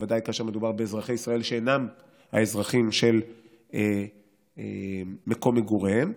בוודאי כאשר מדובר באזרחי ישראל שאינם האזרחים של מקום מגוריהם.